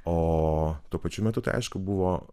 o tuo pačiu metu tai aišku buvo